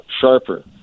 sharper